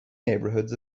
neighborhoods